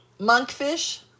Monkfish